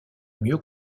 mieux